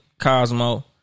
Cosmo